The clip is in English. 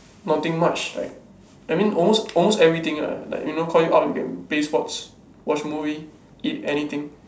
nothing much like I mean almost almost everything ah like you know call him out and we can play sports watch movie eat anything